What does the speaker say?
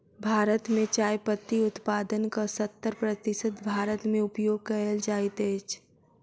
भारत मे चाय पत्ती उत्पादनक सत्तर प्रतिशत भारत मे उपयोग कयल जाइत अछि